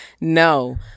no